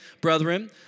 brethren